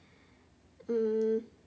mm